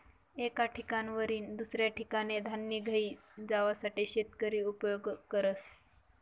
एक ठिकाणवरीन दुसऱ्या ठिकाने धान्य घेई जावासाठे शेतकरी उपयोग करस